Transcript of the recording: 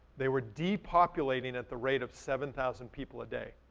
they were depopulating at the rate of seven thousand people a day,